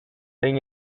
sing